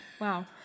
Wow